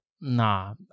nah